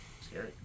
Scary